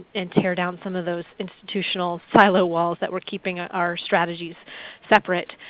and tear down some of those institutional silo walls that were keeping ah our strategies separate.